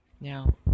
now